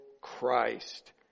Christ